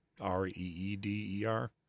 R-E-E-D-E-R